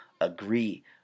agree